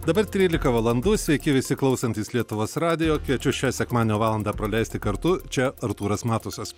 dabar trylika valandų sveiki visi klausantys lietuvos radijo kviečiu šią sekmadienio valandą praleisti kartu čia artūras matusas